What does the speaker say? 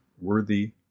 worthy